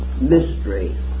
mystery